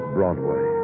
Broadway